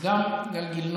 אז גם גלגינוע.